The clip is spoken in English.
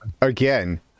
Again